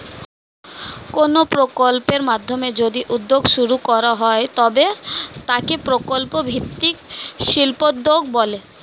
কোনো প্রকল্পের মাধ্যমে যদি উদ্যোগ শুরু করা হয় তবে তাকে প্রকল্প ভিত্তিক শিল্পোদ্যোগ বলে